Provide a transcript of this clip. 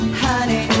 honey